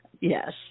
Yes